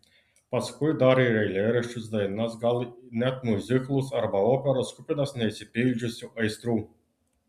paskui dar ir eilėraščius dainas gal net miuziklus arba operas kupinas neišsipildžiusių aistrų